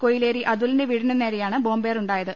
കൊയിലേരി അതുലിന്റെ വീടിനു നേരെയാണ് ബോംബേറുണ്ടായത്